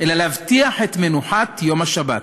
אלא להבטיח את מנוחת יום השבת,